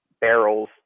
barrels